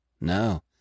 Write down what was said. No